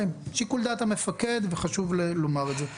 משתמשים, זה שיקול דעת המפקד, וחשוב לומר את זה.